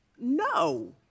No